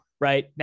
right